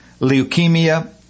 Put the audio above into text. leukemia